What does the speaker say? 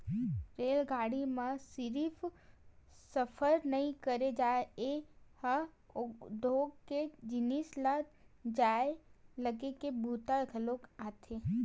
रेलगाड़ी म सिरिफ सफर नइ करे जाए ए ह उद्योग के जिनिस ल लाए लेगे के बूता घलोक आथे